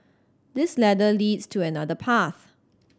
this ladder leads to another path